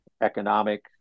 economic